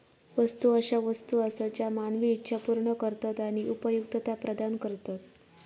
वस्तू अशा वस्तू आसत ज्या मानवी इच्छा पूर्ण करतत आणि उपयुक्तता प्रदान करतत